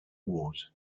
wars